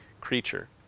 creature